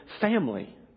family